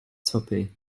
tuppy